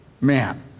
man